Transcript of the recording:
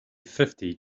fifty